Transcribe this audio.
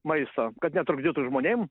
maisto kad netrukdytų žmonėm